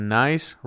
nice